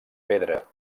pedra